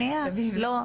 בתוך המקלט.